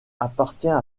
appartient